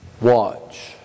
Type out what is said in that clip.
Watch